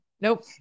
nope